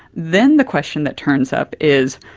then the question that turns up is,